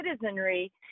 citizenry